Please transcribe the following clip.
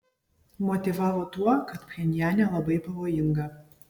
motyvavo tuo kad pchenjane labai pavojinga